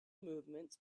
movements